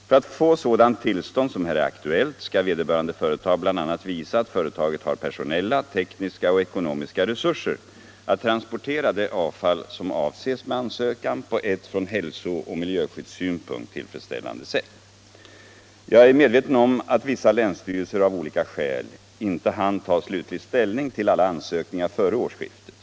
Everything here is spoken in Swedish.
För att få sådant tillstånd som här är aktuellt skall vederbörande företag bl.a. visa att företaget har personella, tekniska och ekonomiska resurser att transportera det avfall som avses med ansökan på ett från hälsooch miljöskyddssynpunkt tillfredsställande sätt. Jag är medveten om att vissa länsstyrelser av olika skäl inte hann ta slutlig ställning till alla ansökningar före årsskiftet.